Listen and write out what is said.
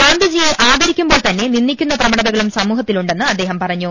ഗാന്ധിജിയെ ആദരിക്കുമ്പോൾ തന്നെ നിന്ദിക്കുന്ന പ്രവണതകളും സമൂഹത്തിലുണ്ടെന്ന് അദ്ദേഹം പറഞ്ഞു